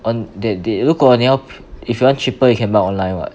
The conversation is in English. on that day 如果你要 if you want cheaper you can buy online [what]